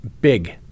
Big